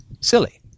silly